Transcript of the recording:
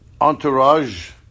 entourage